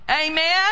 Amen